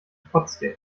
trotzdem